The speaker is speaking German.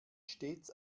stets